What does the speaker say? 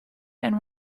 and